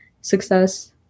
success